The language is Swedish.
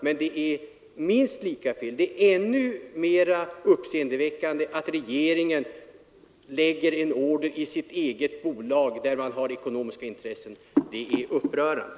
Men det är än mer uppseendeväckande att regeringen lägger en order i ett bolag, där socialdemokraterna har ekonomiska intressen. Det är upprörande.